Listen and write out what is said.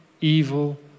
evil